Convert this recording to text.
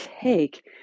take